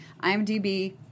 IMDb